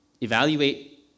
evaluate